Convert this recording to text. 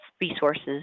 resources